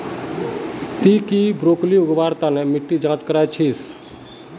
ती की ब्रोकली उगव्वार तन मिट्टीर जांच करया छि?